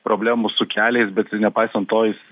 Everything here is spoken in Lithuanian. problemų su keliais bet nepaisant to jis